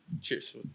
Cheers